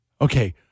Okay